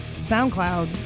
SoundCloud